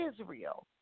Israel